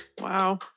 Wow